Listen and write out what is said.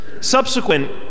Subsequent